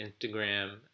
Instagram